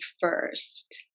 first